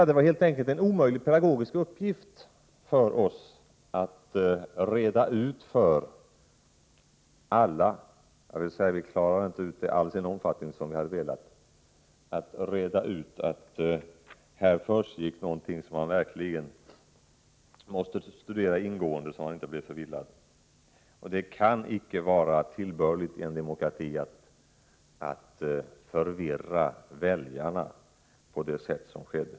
Det var helt enkelt en omöjlig pedagogisk uppgift att hinna reda ut för alla som frågade att här försiggick något som verkligen måste studeras ingående så att man inte blev förvirrad. Det kan inte vara tillbörligt i en demokrati att förvirra väljarna på det sätt som skedde.